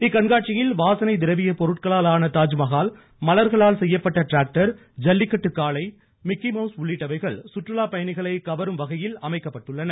இக்கண்காட்சியில் வாசனை திரவியப் பொருட்களாலான தாஜ்மஹால் மலர்களால் செய்யப்பட்ட டிராக்டர் ஜல்லிக்கட்டு காளை மிக்கிமவுஸ் உள்ளிட்டவைகள் சுற்றுலாப் பயணிகளை கவரும்வகையில் அமைக்கப்பட்டுள்ளன